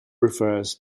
refers